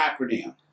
acronym